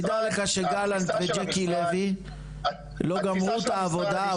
תדע לך שגלנט וג'קי לוי לא גמרו את העבודה,